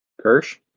Kirsch